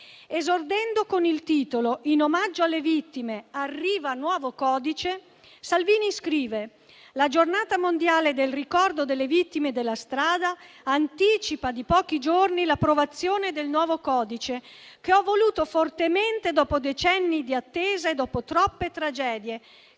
Esordendo con il titolo «In omaggio alle vittime arriva nuovo codice», Salvini, scrive: «la Giornata mondiale del ricordo delle vittime della strada anticipa di pochi giorni l'approvazione del nuovo codice, che ho voluto fortemente dopo decenni di attesa e dopo troppe tragedie,